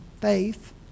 faith